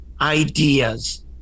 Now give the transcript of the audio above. ideas